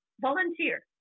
volunteer